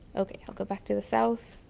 okay, i'll go back to the south